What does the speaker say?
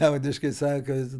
liaudiškai sakant